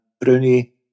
Bruni